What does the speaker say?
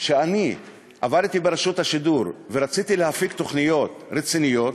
שעבדתי ברשות השידור ורציתי להפיק תוכניות רציניות,